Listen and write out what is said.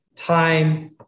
time